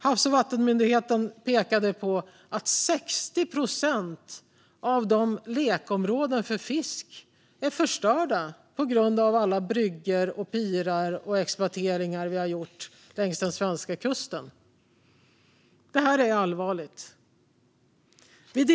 Havs och vattenmyndigheten pekade på att 60 procent av lekområdena för fisk är förstörda på grund av exploateringen och alla bryggor och pirar längs den svenska kusten. Det här är allvarligt.